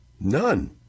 none